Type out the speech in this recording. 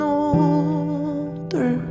older